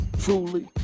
Truly